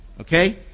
Okay